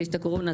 יש הקורונה.